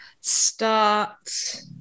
start